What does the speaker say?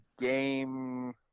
game